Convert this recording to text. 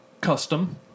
Custom